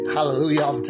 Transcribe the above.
Hallelujah